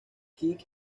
kick